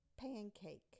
Pancake